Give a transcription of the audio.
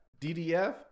DDF